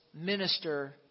minister